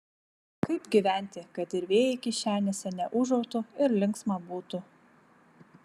kaip gyventi kad ir vėjai kišenėse neūžautų ir linksma būtų